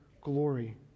glory